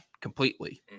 completely